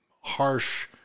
harsh